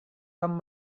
tom